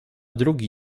drugi